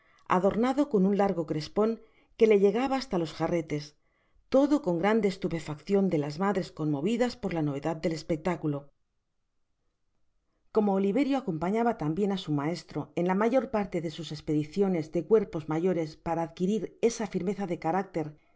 adornado con un largo crespon que le llegaba hasta los jarretes todo con grande estupefaccion de las madres conmovidas por la novedad del espectáculo como oliverio acompañaba tambien á su maestro en la mayor parte de sus espediciones delcuerpos mayores para adquirir esa firmeza de carácter